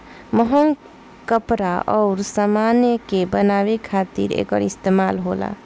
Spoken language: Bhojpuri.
महंग कपड़ा अउर समान के बनावे खातिर एकर इस्तमाल होला